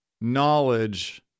knowledge